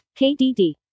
KDD